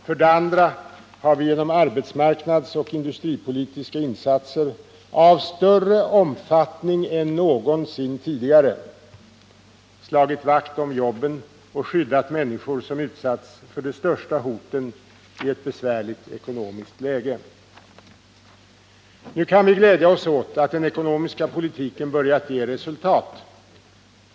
För det andra har vi genom arbetsmarknadsoch industripolitiska insatser av större omfattning än någonsin tidigare slagit vakt om jobben och skyddat människor som utsatts för de största hoten i ett besvärligt ekonomiskt läge. Nu kan vi glädja oss åt att den ekonomiska politiken börjat ge resultat.